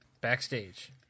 backstage